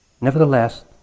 Nevertheless